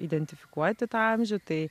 identifikuoti tą amžių tai